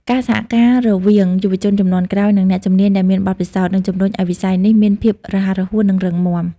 ការសហការរវាងយុវជនជំនាន់ក្រោយ និងអ្នកជំនាញដែលមានបទពិសោធន៍ នឹងជំរុញឱ្យវិស័យនេះមានភាពរស់រវើក និងរឹងមាំ។